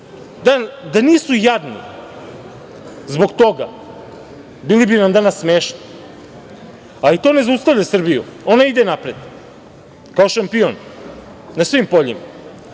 Da nisu jadni zbog toga, bili bi nam danas smešni. Ali, to ne zaustavlja Srbiju, ona ide napred kao šampion na svim poljima.